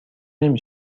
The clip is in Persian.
نمی